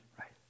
right